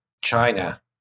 China